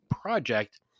project